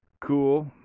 cool